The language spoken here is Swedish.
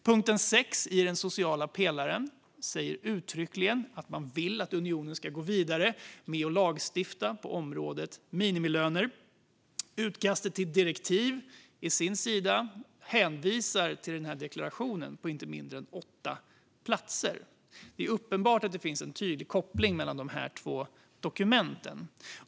Punkt 6 i den sociala pelaren säger uttryckligen att man vill att unionen ska gå vidare med att lagstifta på området minimilöner. Utkastet till direktiv å sin sida hänvisar till deklarationen på inte mindre än åtta platser. Det är uppenbart att det finns en tydlig koppling mellan de två dokumenten.